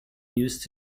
used